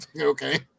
Okay